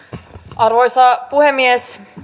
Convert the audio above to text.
arvoisa puhemies